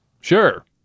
Sure